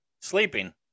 Sleeping